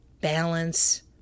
balance